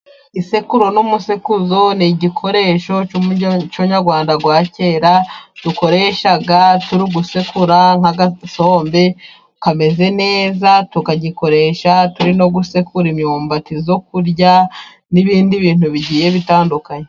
Isekuru n'umusekuzo ni igikoresho cy'umuco nyarwanda wa kera dukoresha turi gusekura nk'agasombe kameze neza, tukagikoresha turimo gusekura imyumbati yo kurya n'ibindi bintu bigiye bitandukanye.